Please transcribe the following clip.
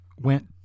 went